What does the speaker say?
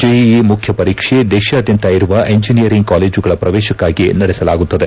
JEE ಮುಖ್ಯ ಪರೀಕ್ಷೆ ದೇಶಾದ್ಯಂತ ಇರುವ ಎಂಜನಿಯರಿಂಗ್ ಕಾಲೇಜುಗಳ ಪ್ರವೇಶಕ್ಕಾಗಿ ನಡೆಸಲಾಗುತ್ತದೆ